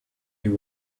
you